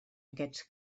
aquests